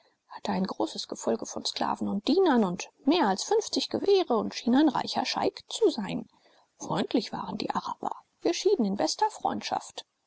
hatte ein großes gefolge von sklaven und dienern und mehr als fünfzig gewehre und schien ein reicher scheik zu sein freundlich waren die araber wir schieden in bester freundschaft